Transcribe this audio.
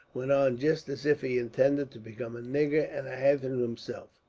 went on just as if he intended to become a nigger and a hathen himself.